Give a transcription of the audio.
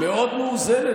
מאוד מאוזנת.